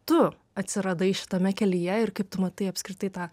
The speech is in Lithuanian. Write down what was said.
tu atsiradai šitame kelyje ir kaip tu matai apskritai tą